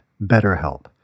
BetterHelp